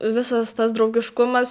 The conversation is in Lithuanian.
visas tas draugiškumas